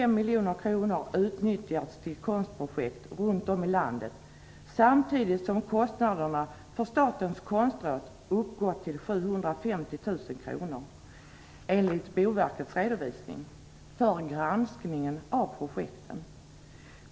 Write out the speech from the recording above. miljoner kronor för konstprojekt runt om i landet. Samtidigt uppgick kostnaderna för granskning av projekten till 750 000 kr, enligt Boverkets redovisning.